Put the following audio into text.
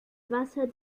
wasser